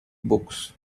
books